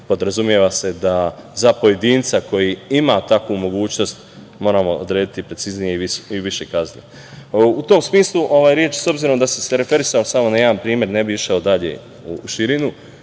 podrazumeva se da za pojedinca koji ima takvu mogućnost moramo odrediti preciznije i više kazne?U tom smislu reč, s obzirom da sam se referisao samo na jedan primer ne bi išao dalje u širinu